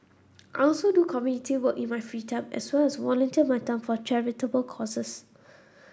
I also do community work in my free time as well as volunteer my time for charitable causes